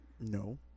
No